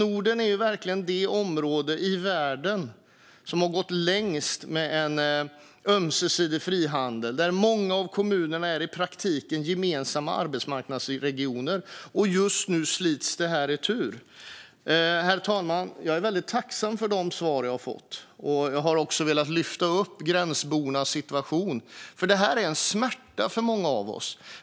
Norden är verkligen det område i världen som har gått längst med en ömsesidig frihandel där många av kommunerna i praktiken är gemensamma arbetsmarknadsregioner. Just nu slits det här itu. Herr talman! Jag är väldigt tacksam för de svar jag har fått. Jag har också velat lyfta upp gränsbornas situation. Det här är en smärta för många av oss.